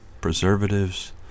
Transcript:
preservatives